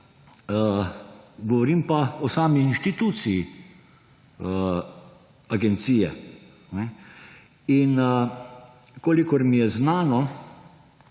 Govorim pa o sami inštituciji agencije. In kolikor mi je znano,